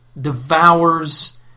devours